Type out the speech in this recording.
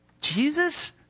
Jesus